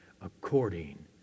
according